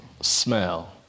smell